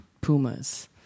pumas